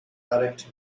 correct